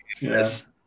Yes